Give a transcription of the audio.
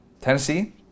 Tennessee